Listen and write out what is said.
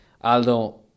Aldo